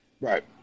Right